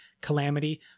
Calamity